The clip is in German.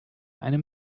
einem